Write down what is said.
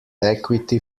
equity